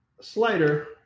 slider